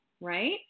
right